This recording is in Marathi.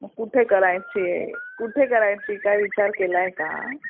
कुठे करायचीय कुठे करायची काय विचार केलाय का